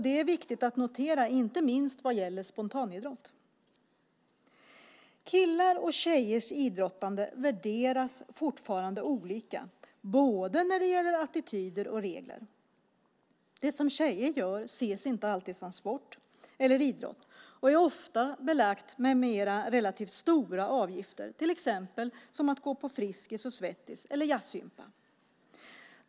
Det är viktigt att notera, inte minst vad gäller spontanidrott. Killars och tjejers idrottande värderas fortfarande olika, både när det gäller attityder och när det gäller regler. Det som tjejer gör ses inte alltid som sport eller idrott och är ofta belagt med relativt höga avgifter. Det gäller till exempel när man går på Friskis & Svettis eller på jazzgympa.